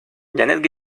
janet